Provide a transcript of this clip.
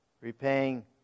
repaying